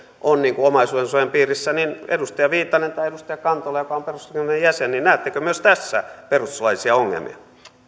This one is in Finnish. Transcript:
ovat omaisuudensuojan piirissä niin edustaja viitanen tai edustaja kantola joka on perustuslakivaliokunnan jäsen näettekö myös tässä perustuslaillisia ongelmia arvoisa